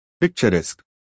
picturesque